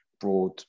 broad